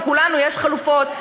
לכולנו יש חלופות,